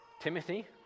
Timothy